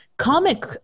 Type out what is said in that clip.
comic